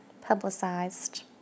publicized